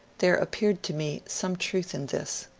there appeared to me some truth in this.